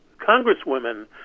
congresswomen